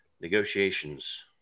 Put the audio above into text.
Negotiations